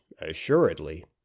assuredly